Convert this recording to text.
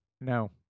No